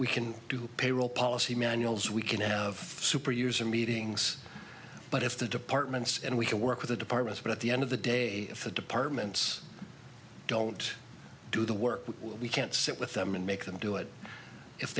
we can do payroll policy manuals we can have super user meetings but if the departments and we can work with the departments but at the end of the day if the departments don't do the work we can't sit with them and make them do it if